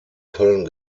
köln